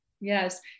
yes